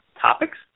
topics